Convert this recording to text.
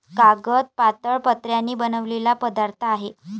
कागद पातळ पत्र्यांनी बनलेला पदार्थ आहे